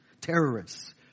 terrorists